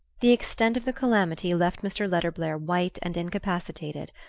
the extent of the calamity left mr. letterblair white and incapacitated.